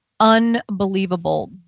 unbelievable